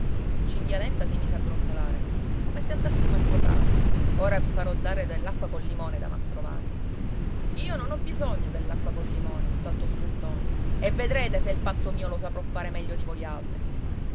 cinghialenta si mise a brontolare come se andassimo a giuocare ora vi farò dare dell'acqua col limone da mastro vanni io non ho bisogno dell'acqua col limone saltò su ntoni e vedrete se il fatto mio lo saprò fare meglio di voi altri